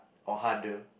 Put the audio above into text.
or harder